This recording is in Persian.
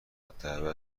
الدعوه